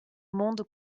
monde